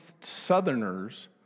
southerners